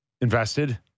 invested